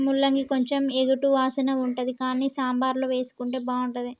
ముల్లంగి కొంచెం ఎగటు వాసన ఉంటది కానీ సాంబార్ల వేసుకుంటే బాగుంటుంది